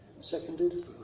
seconded